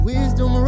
Wisdom